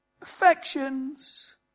affections